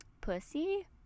pussy